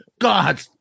God